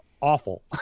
awful